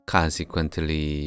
Consequently